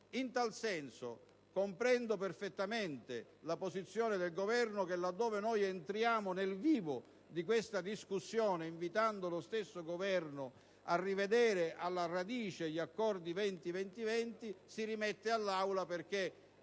In tal senso comprendo perfettamente la posizione del Governo che, là dove noi entriamo nel vivo di questa discussione invitandolo a rivedere alla radice l'Accordo 20-20-20, si rimette all'Aula perché,